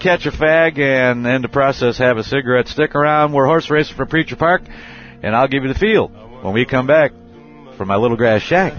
catch a fag and then to process have a cigarette stick around we're horse race for preacher park and i'll give you the field when we come back from my little grass sha